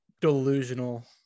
delusional